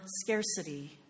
scarcity